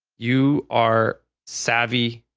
you are savvy,